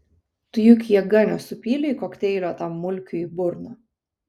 tu juk jėga nesupylei kokteilio tam mulkiui į burną